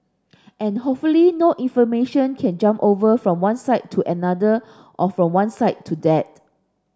and hopefully no information can jump over from one side to another or from one side to that